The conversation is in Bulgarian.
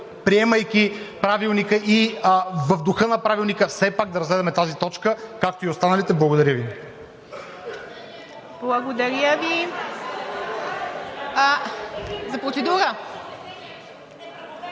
приемайки Правилника и в духа на Правилника, все пак да разгледаме тази точка, както и останалите. Благодаря Ви. МАЯ МАНОЛОВА (ИСМВ,